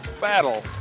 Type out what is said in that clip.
battle